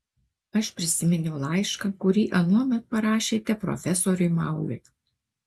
aš prisiminiau laišką kurį anuomet parašėte profesoriui mauliui